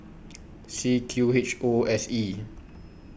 C Q H O S E